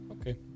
Okay